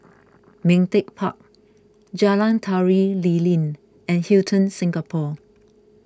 Ming Teck Park Jalan Tari Lilin and Hilton Singapore